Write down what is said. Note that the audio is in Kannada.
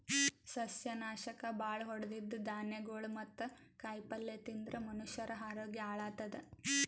ಸಸ್ಯನಾಶಕ್ ಭಾಳ್ ಹೊಡದಿದ್ದ್ ಧಾನ್ಯಗೊಳ್ ಮತ್ತ್ ಕಾಯಿಪಲ್ಯ ತಿಂದ್ರ್ ಮನಷ್ಯರ ಆರೋಗ್ಯ ಹಾಳತದ್